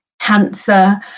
cancer